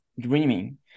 dreaming